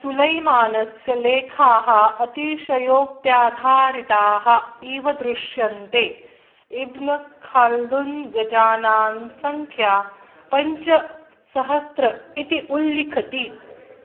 सुलैमानस्य लेखाः अतिशयोक्त्याधारिताः इव दृश्यन्ते इव न खाल्दुन् गजानन् सङ्ख्या पञ्चसहस्त्रम् इति उल्लिखति